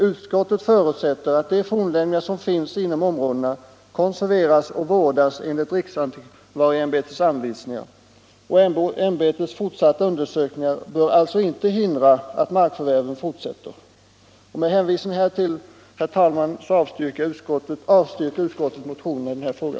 Utskottet förutsätter att de fornlämningar som finns inom områdena konserveras och vårdas enligt riksantikvarieämbetets anvisningar. Ämbetets fortsatta undersökningar bör alltså inte hindra att markförvärven fortsätter. Med hänvisning härtill avstyrker utskottet motionerna.